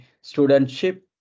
studentship